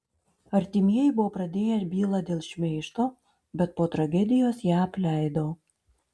artimieji buvo pradėję bylą dėl šmeižto bet po tragedijos ją apleido